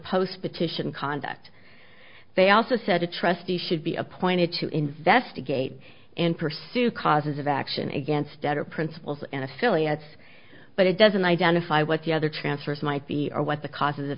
post petition conduct they also said a trustee should be appointed to investigate and pursue causes of action against debtor principles and affiliates but it doesn't identify what the other transfers might be or what the causes of